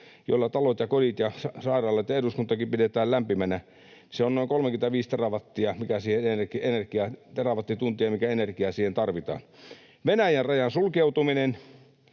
jolla talot ja kodit ja sairaalat ja eduskuntakin pidetään lämpimänä, niin se on noin 35 terawattituntia, mitä siihen tarvitaan energiaa. Venäjän rajan sulkeutuminen,